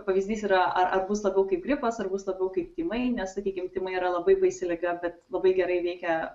pavyzdys yra ar ar bus labiau kaip gripas ar bus labiau kaip tymai nes sakykim tymai yra labai baisi liga bet labai gerai veikia